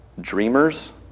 dreamers